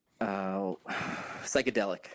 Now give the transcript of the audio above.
psychedelic